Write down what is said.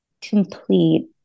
complete